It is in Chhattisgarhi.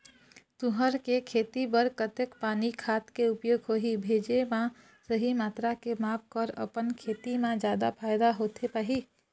तुंहर के खेती बर कतेक पानी खाद के उपयोग होही भेजे मा सही मात्रा के माप कर अपन खेती मा जादा फायदा होथे पाही?